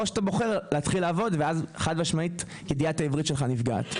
או שאתה בוחר להתחיל לעבוד ואז חד משמעית ידיעת העברית שלך נפגעת.